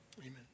Amen